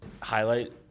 Highlight